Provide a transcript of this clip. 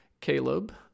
Caleb